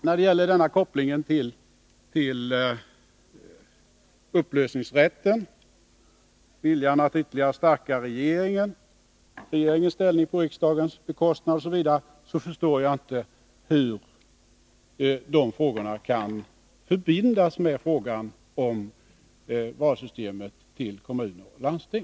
När det gäller kopplingen till upplösningsrätten, viljan att ytterligare stärka regeringens ställning på riksdagens bekostnad osv. förstår jag inte hur de frågorna kan förbindas med frågan om systemet för val till kommuner och landsting.